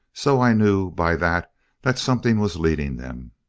so i knew by that that something was leading em.